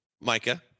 Micah